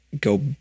go